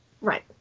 Right